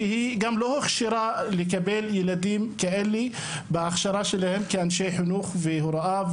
שלא הוכשרה לקבל ילדים כאלה בהכשרה שלהם כאנשי חינוך והוראה,